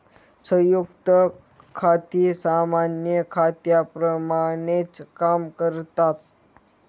संयुक्त खाती सामान्य खात्यांप्रमाणेच काम करतात